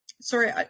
sorry